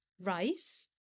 rice